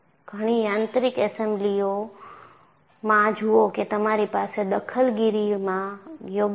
ઘણી યાંત્રિક એસેમ્બલીઓમાં જુઓ કે તમારી પાસે દખલગીરીમાં યોગ્ય છે